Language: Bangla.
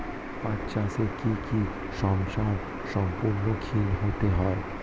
পাঠ চাষে কী কী সমস্যার সম্মুখীন হতে হয়?